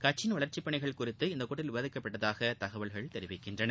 கட்சியின் வளர்ச்சிப் பணிகள் குறித்து இக்கூட்டத்தில் விவாதிக்கப்பட்டதாக தகவல்கள் தெரிவிக்கின்றன